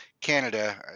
Canada